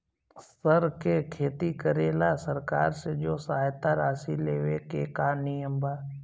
सर के खेती करेला सरकार से जो सहायता राशि लेवे के का नियम बा?